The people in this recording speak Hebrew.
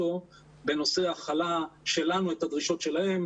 בנושא הכלה שלנו את הדרישות שלהם.